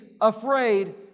afraid